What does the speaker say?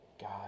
God